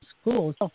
schools